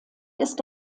ist